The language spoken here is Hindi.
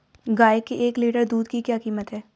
गाय के एक लीटर दूध की क्या कीमत है?